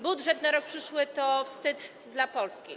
Budżet na rok przyszły to wstyd dla Polski.